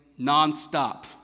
nonstop